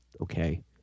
Okay